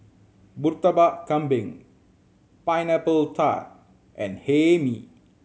Murtabak Kambing Pineapple Tart and Hae Mee